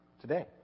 today